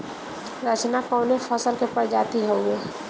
रचना कवने फसल के प्रजाति हयुए?